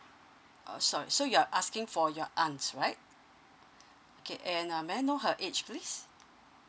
oh sorry so you're asking for your aunt right okay and um may I know her age please